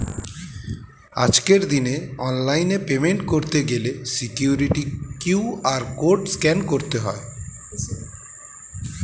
আজকের দিনে অনলাইনে পেমেন্ট করতে গেলে সিকিউরিটি কিউ.আর কোড স্ক্যান করতে হয়